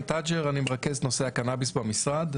מרכז את נושא הקנאביס במשרד.